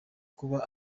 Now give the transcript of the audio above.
kuba